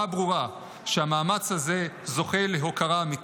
ברורה שהמאמץ הזה זוכה להוקרה אמיתית.